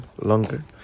longer